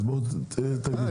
דקה.